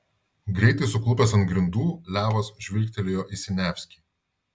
greitai suklupęs ant grindų levas žvilgtelėjo į siniavskį